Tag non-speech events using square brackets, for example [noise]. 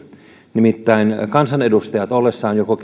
nimittäin se että kansanedustajat joko [unintelligible]